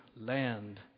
land